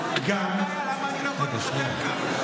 למה אני לא יכול להתחתן כאן?